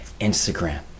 Instagram